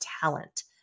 talent